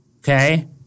Okay